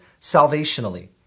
salvationally